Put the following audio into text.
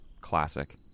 classic